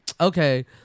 okay